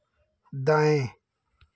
दाएँ